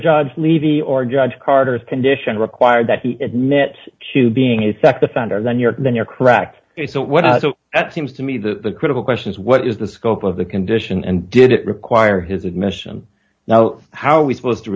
judge levy or judge carter's condition require that he admit to being a sex offender then you're then you're cracked so that seems to me the critical question is what is the scope of the condition and did it require his admission now how are we supposed to